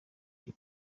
iyo